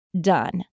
done